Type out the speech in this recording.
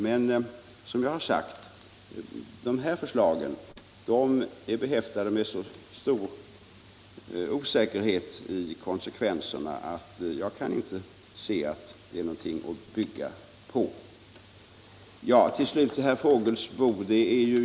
Men som jag har sagt är de här förslagen behäftade med så stor osäkerhet i konsekvenserna att jag inte kan se att det är någonting att bygga på. Slutligen några ord till herr Fågelsbo.